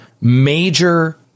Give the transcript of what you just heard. major